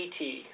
ET